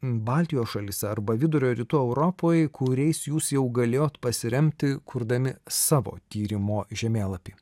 baltijos šalyse arba vidurio rytų europoj kuriais jūs jau galėjote pasiremti kurdami savo tyrimo žemėlapį